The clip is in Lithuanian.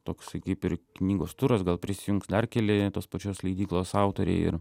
toksai kaip ir knygos turas gal prisijungs dar keli tos pačios leidyklos autoriai ir